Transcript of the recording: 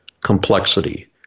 complexity